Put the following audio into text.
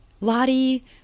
Lottie